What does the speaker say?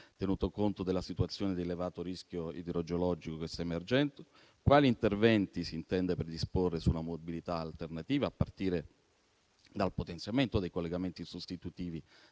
tenuto conto della situazione di elevato rischio idrogeologico che sta emergendo e quali interventi si intende predisporre sulla mobilità alternativa, a partire dal potenziamento dei collegamenti sostitutivi